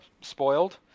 spoiled